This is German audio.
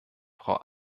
frau